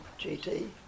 GT